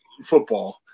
football